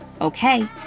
Okay